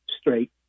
straight